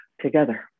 together